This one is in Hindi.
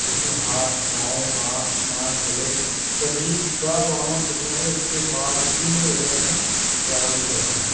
उसमें हाथ पाँव आँख नाक गले सभी का वामअप होता है उसके बाद ही मैं योगासन प्रारम्भ करता हूँ